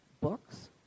books